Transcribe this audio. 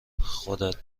خودت